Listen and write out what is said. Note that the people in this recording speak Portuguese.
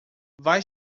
vai